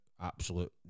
absolute